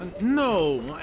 No